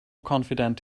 confident